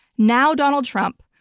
now, donald trump,